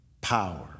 power